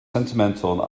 sentimental